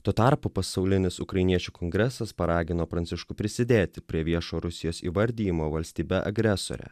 tuo tarpu pasaulinis ukrainiečių kongresas paragino pranciškų prisidėti prie viešo rusijos įvardijimo valstybe agresore